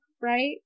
Right